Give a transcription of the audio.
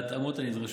בהתאמות הנדרשות.